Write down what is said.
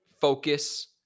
focus